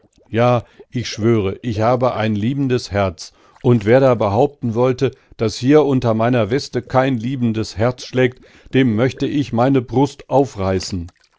ja ich schwöre ich habe ein liebendes herz und wer da behaupten wollte daß hier unter meiner weste kein liebendes herz schlägt dem möchte ich meine brust aufreißen